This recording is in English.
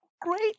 great